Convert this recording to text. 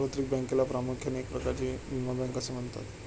सार्वत्रिक बँकेला प्रामुख्याने एक प्रकारची विमा बँक असे म्हणतात